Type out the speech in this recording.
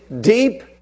deep